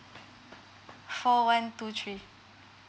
four one two three